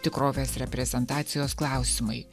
tikrovės reprezentacijos klausimai